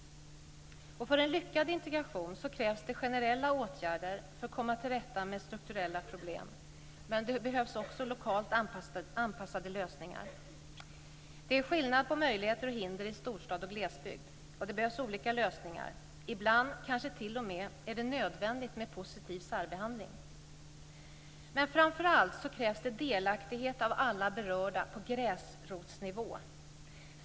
För en lyckad integration krävs det generella åtgärder för att komma till rätta med strukturella problem, men det behövs också lokalt anpassade lösningar. Det är skillnad på möjligheter och hinder i storstad och glesbygd. Det behövs olika lösningar. Ibland kanske det t.o.m. är nödvändigt med positiv särbehandling. Men framför allt krävs det delaktighet av alla berörda på gräsrotsnivå.